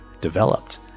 developed